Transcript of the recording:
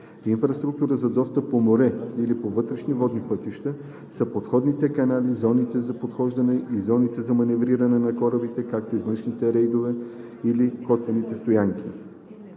„Инфраструктура за достъп по море или по вътрешни водни пътища“ са подходните канали, зоните за подхождане и зоните за маневриране на корабите, както и външните рейдове или котвени стоянки.